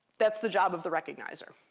that's the job of the recognizer.